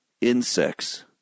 insects